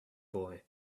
boy